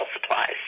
supplies